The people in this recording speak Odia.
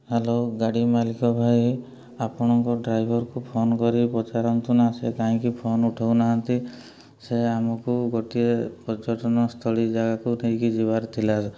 ହ୍ୟାଲୋ ଗାଡ଼ି ମାଲିକ ଭାଇ ଆପଣଙ୍କ ଡ୍ରାଇଭର୍କୁ ଫୋନ୍ କରି ପଚାରନ୍ତୁ ନା ସେ କାହିଁକି ଫୋନ୍ ଉଠାଉନାହାନ୍ତି ସେ ଆମକୁ ଗୋଟିଏ ପର୍ଯ୍ୟଟନସ୍ଥଳୀ ଜାଗାକୁ ନେଇକି ଯିବାର ଥିଲା